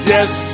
Yes